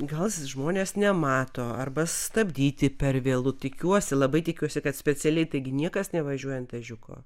gal žmonės nemato arba stabdyti per vėlu tikiuosi labai tikiuosi kad specialiai taigi niekas nevažiuoja ant ežiuko